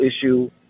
issue